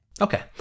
Okay